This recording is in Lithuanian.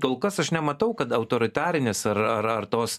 kol kas aš nematau kad autoritarinės ar ar ar tos